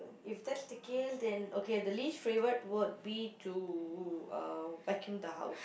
if that's the case then okay the least favourite would be to uh vacuum the house